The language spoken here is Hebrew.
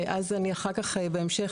בהמשך,